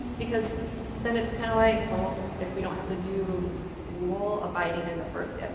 because then it's kinda like, well, if we don't have to do rule-abiding in the first, yeah